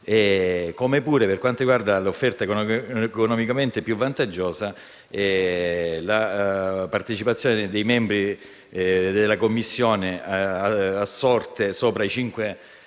cento. E, per quanto riguarda l'offerta economicamente più vantaggiosa, la partecipazione dei membri della commissione a sorte sopra i 5,2